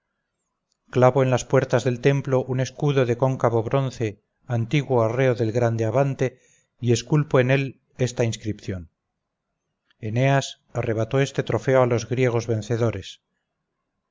clavo en las puertas del templo un escudo de cóncavo bronce antiguo arreo del grande abante y esculpo en él esta inscripción eneas arrebató este trofeo a los griegos vencedores